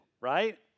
right